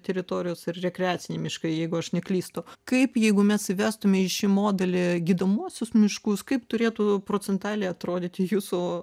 teritorijos ir rekreaciniai miškai jeigu aš neklystu kaip jeigu mes įvestume į šį modelį gydomuosius miškus kaip turėtų procentaliai atrodyti jūsų